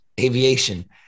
Aviation